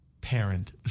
parent